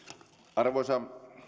arvoisa